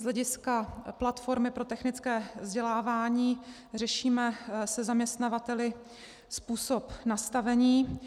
Z hlediska platformy pro technické vzdělávání řešíme se zaměstnavateli způsob nastavení.